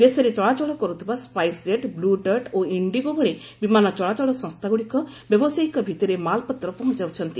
ଦେଶରେ ଚଳାଚଳ କରୁଥିବା ସ୍କାଇସ୍ କେଟ୍ ବ୍ଲୁ ଡାର୍ଟ ଓ ଇଣ୍ଡିଗୋ ଭଳି ବିମାନ ଚଳାଚଳ ସଂସ୍ଥା ଗୁଡ଼ିକ ବ୍ୟବସାୟିକ ଭିଭିରେ ମାଲପତ୍ର ପହଞ୍ଚାଉଛନ୍ତି